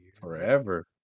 forever